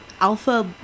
Alpha